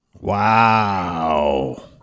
Wow